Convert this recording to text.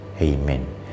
Amen